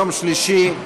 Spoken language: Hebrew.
יום שלישי,